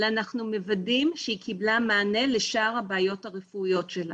אלא אנחנו מוודאים שהיא קיבלה מענה לשאר הבעיות הרפואיות שלה.